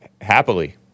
Happily